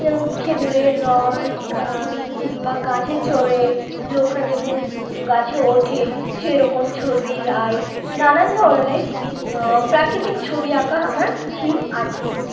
যেমন খেজুরের রস কিংবা গাছে চড়ে লোকরা যেরকম গাছে ওঠে সেরকম ছবি আর নানান ধরনের প্রাকৃতিক ছবি আঁকা আমার থিম আছে